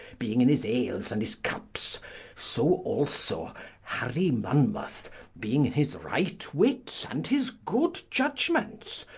being in his ales and his cuppes so also harry monmouth being in his right wittes, and his good iudgements,